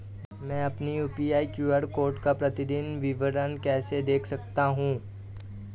मैं अपनी UPI QR code का प्रतीदीन विवरण कैसे देख सकता हूँ?